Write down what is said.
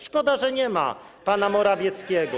Szkoda, że nie ma pana Morawieckiego.